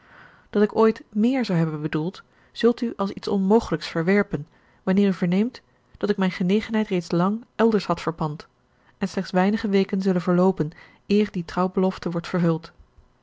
dat ik ooit méér zou hebben bedoeld zult u als iets onmogelijks verwerpen wanneer u verneemt dat ik mijne genegenheid reeds lang elders had verpand en slechts weinige weken zullen verloopen eer die trouwbelofte wordt vervuld